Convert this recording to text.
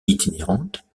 itinérante